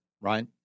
right